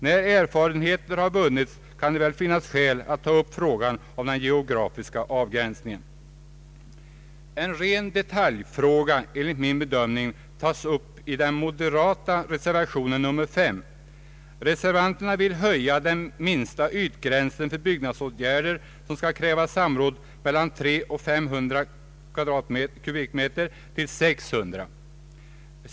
När erfarenheter har vunnits kan det väl finnas skäl att åter ta upp frågan om den geografiska avgränsningen. En ren detaljfråga, enligt min bedömning, tas upp i den moderata reservationen 5. Reservanterna vill höja den minsta ytgränsen för byggnadsåtgärder som skall kräva samråd från 300—500 kvadratmeter till 600 kvadratmeter.